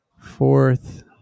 fourth